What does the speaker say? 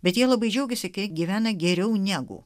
bet jie labai džiaugiasi kai gyvena geriau negu